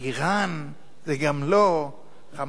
אירן זה גם לא "חמאס".